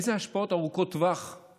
איזה השפעות ארוכות טווח יש